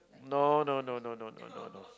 no no no no no no no no